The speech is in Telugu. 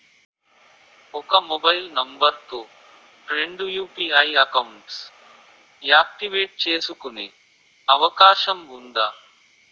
ఒక మొబైల్ నంబర్ తో రెండు యు.పి.ఐ అకౌంట్స్ యాక్టివేట్ చేసుకునే అవకాశం వుందా?